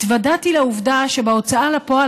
התוודעתי לעובדה שבהוצאה לפועל,